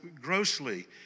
grossly